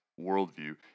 worldview